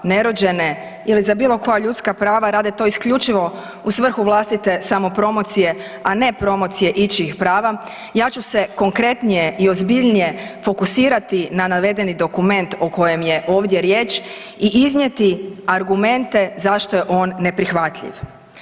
nerođene ili za bilo koja ljudska prava, rade to isključivo u svrhu vlastite samopromocije, a ne promocije ičijih prava, ja ću se konkretnije i ozbiljnije fokusirati na navedeni dokument o kojem je ovdje riječ i iznijeti argumente zašto je on neprihvatljiv.